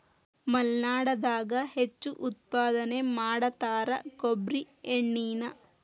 ಮಲ್ನಾಡದಾಗ ಹೆಚ್ಚು ಉತ್ಪಾದನೆ ಮಾಡತಾರ ಕೊಬ್ಬ್ರಿ ಎಣ್ಣಿನಾ